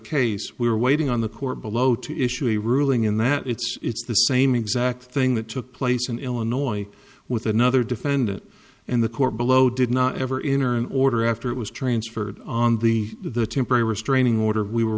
case we're waiting on the court below to issue a ruling in that it's the same exact thing that took place in illinois with another defendant and the court below did not ever enter an order after it was transferred on the the temporary restraining order we were